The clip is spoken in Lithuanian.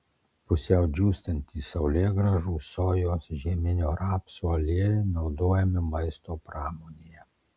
pusiau džiūstantys saulėgrąžų sojos žieminio rapso aliejai naudojami maisto pramonėje